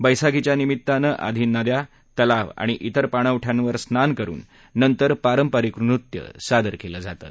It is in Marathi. बैसाखीच्या निमीत्तानं आधी नद्या तलाव किंवा तेर पाणवठ्यांवर स्नान करून नंतर पारंपरिक नृत्य सादर कलि जातं